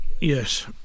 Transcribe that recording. Yes